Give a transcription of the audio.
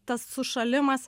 tas sušalimas